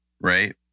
Right